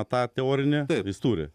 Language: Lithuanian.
tą teorinį jis turi